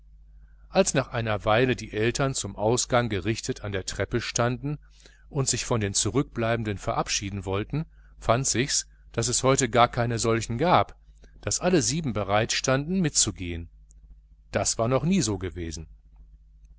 als nach einer weile die eltern zum ausgang gerichtet an der treppe standen und sich von den zurückbleibenden verabschieden wollten fand sich's daß es heute gar keine solchen gab daß alle sieben bereit standen mitzugehen das war noch nie so gewesen